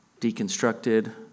deconstructed